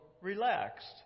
relaxed